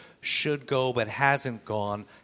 should-go-but-hasn't-gone